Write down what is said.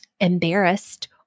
Embarrassed